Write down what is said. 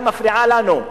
היא מפריעה לנו,